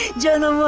german